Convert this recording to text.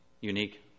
unique